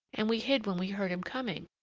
and we hid when we heard him coming.